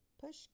Push